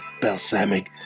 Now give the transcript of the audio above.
balsamic